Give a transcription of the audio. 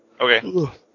Okay